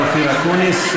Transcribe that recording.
תודה לשר אופיר אקוניס.